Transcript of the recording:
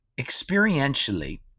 Experientially